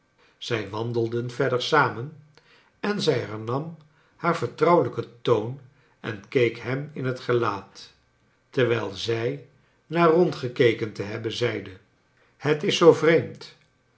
zij wandelden verder samen en zij bernam haar vertrouwelijken toon en keek hem in het gelaat terwijl zij na rondgekeken te hebben zeide het is zoo vreemd